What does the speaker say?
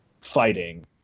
fighting